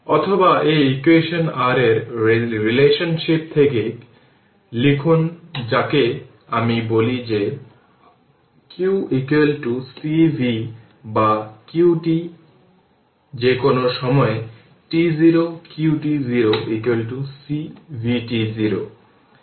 অথবা এই equation r এর রিলেশনশিপ থেকে লিখুন যাকে আমি বলি যে q c v বা qt যেকোনো সময়ে t0 qt0 c vt0